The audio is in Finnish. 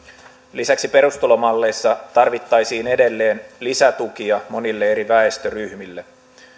lisäksi perustulomalleissa tarvittaisiin edelleen lisätukia monille eri väestöryhmille